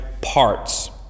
parts